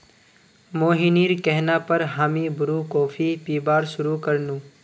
मोहिनीर कहना पर हामी ब्रू कॉफी पीबार शुरू कर नु